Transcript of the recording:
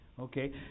Okay